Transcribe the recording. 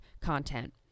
content